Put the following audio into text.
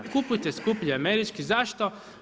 Kupujte skuplji Američki, zašto?